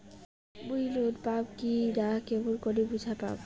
মুই লোন পাম কি না কেমন করি বুঝা পাম?